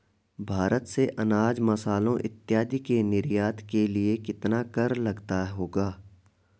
भारत से अनाज, मसालों इत्यादि के निर्यात के लिए कितना कर लगता होगा?